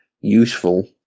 useful